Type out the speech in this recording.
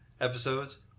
episodes